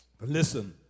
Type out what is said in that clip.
Listen